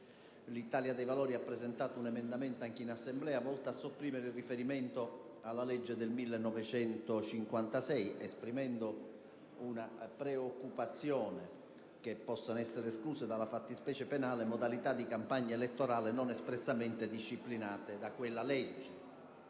L'Italia dei Valori ha presentato un emendamento anche in Assemblea, volto a sopprimere il riferimento alla citata legge, esprimendo la preoccupazione che possano essere escluse dalla fattispecie penale modalità di campagna elettorale non espressamente disciplinate da quella legge.